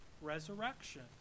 resurrection